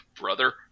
Brother